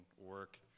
work